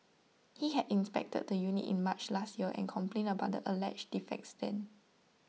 he had inspected the unit in March last year and complained about the alleged defects then